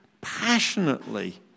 passionately